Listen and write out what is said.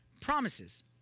Promises